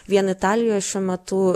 vien italijoj šiuo metu